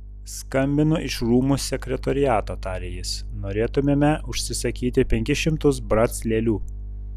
skambinu iš rūmų sekretoriato tarė jis norėtumėme užsisakyti penkis šimtus brac lėlių